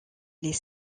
les